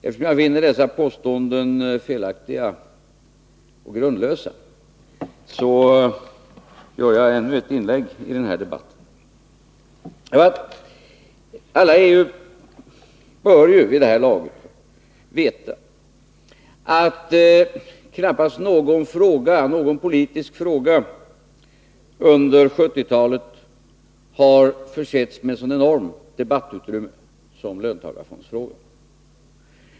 Eftersom jag finner dessa påståenden felaktiga och grundlösa, gör jag ännu ett inlägg i debatten. Alla bör ju vid det här laget veta att knappast någon politisk fråga under 1970-talet har försetts med ett så enormt debattutrymme som löntagarfondsfrågan.